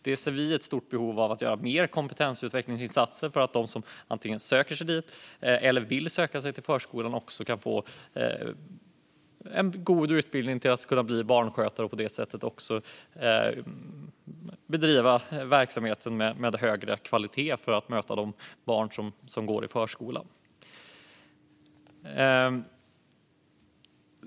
Där ser vi ett stort behov av mer kompetensutvecklingsinsatser för att de som antingen har sökt sig eller vill söka sig till förskolan ska kunna få en god utbildning för att bli barnskötare. På det sättet kan verksamheten bedrivas med högre kvalitet när det gäller att möta de barn som går i förskolan.